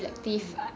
mm